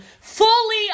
fully